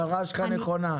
ההערה שלך נכונה.